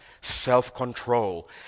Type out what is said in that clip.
self-control